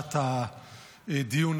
הגשת הדיון